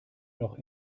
noch